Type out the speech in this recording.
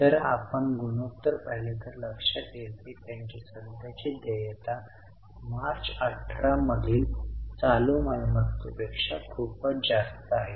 जर आपण गुणोत्तर पाहिले तर लक्षात येईल की त्यांची सध्याची देयता मार्च 18 मधील चालू मालमत्तेपेक्षा खूपच जास्त आहेत